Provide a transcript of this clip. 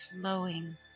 flowing